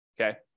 okay